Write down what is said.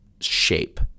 shape